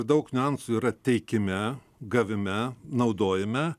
daug niuansų yra teikime gavime naudojime